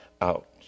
out